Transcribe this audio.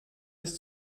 ist